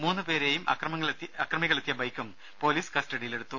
മൂന്നു പേരെയും അക്രമികൾ എത്തിയ ബൈക്കും പൊലീസ് കസ്റ്റഡിയിലെടുത്തു